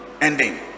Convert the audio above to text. ending